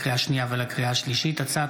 לקריאה שנייה ולקריאה שלישית: הצעת